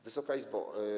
Wysoka Izbo!